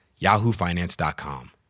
yahoofinance.com